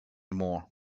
more